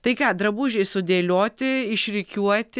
tai ką drabužiai sudėlioti išrikiuoti